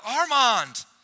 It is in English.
Armand